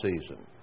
season